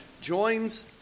joins